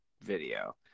video